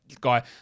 guy